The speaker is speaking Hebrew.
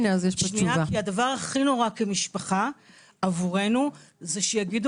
כי הדבר הכי נורא כמשפחה עבורנו זה שיגידו